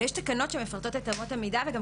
ויש תקנות שמפרטות את אמות המידה וגם